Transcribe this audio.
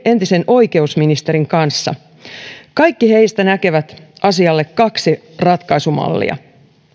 entisen oikeusministerin kanssa kaikki heistä näkevät asialle kaksi ratkaisumallia